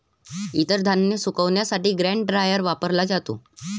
इतर धान्य सुकविण्यासाठी ग्रेन ड्रायर वापरला जातो